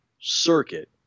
circuit